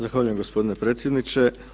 Zahvaljujem gospodine predsjedniče.